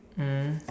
mm